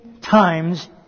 times